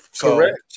Correct